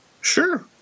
Sure